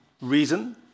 reason